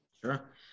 Sure